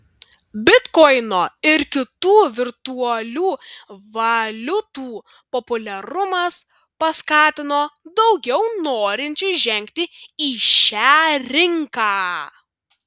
bitkoino ir kitų virtualių valiutų populiarumas paskatino daugiau norinčių žengti į šią rinką